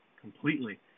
Completely